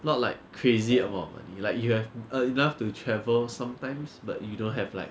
not like crazy about money like you have enough to travel sometimes but you don't have like